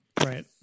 right